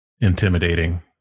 intimidating